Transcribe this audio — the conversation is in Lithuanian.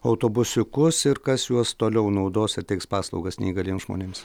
autobusiukus ir kas juos toliau naudos ir teiks paslaugas neįgaliems žmonėms